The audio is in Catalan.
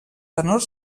tenor